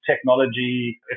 technology